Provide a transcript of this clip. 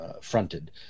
fronted